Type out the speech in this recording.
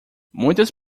muitas